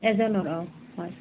এজনৰ অঁ হয়